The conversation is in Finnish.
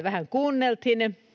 vähän kuultiin